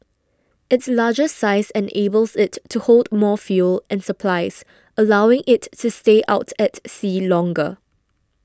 its larger size enables it to hold more fuel and supplies allowing it to stay out at sea longer